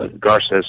Garces